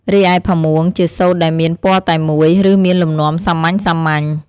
រីឯ ផាមួង ជាសូត្រដែលមានពណ៌តែមួយ ឬមានលំនាំសាមញ្ញៗ។